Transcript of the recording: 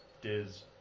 Diz